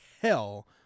hell